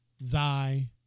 thy